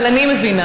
אבל אני מבינה,